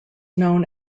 known